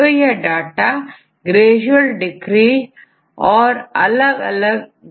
किसी protein sequence में कोई विशेष अमीनो एसिड की डोमिनेंस हो सकती है